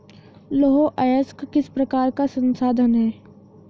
लौह अयस्क किस प्रकार का संसाधन है?